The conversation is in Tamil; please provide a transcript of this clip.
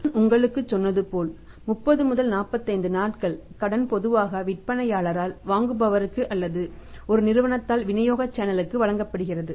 நான் உங்களுக்குச் சொன்னது போல் 30 முதல் 45 நாட்கள் கடன் பொதுவாக விற்பனையாளரால் வாங்குபவருக்கு அல்லது ஒரு நிறுவனத்தால் விநியோகத் சேனலுக்கு வழங்கப்படுகிறது